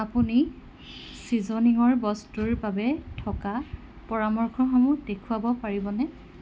আপুনি ছিজনিঙৰ বস্তুৰ বাবে থকা পৰামৰ্শসমূহ দেখুৱাব পাৰিবনে